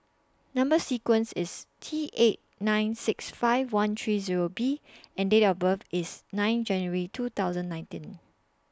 Number sequence IS T eight nine six five one three Zero B and Date of birth IS nine January two thousand and nineteen